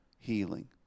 Healing